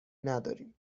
نداریم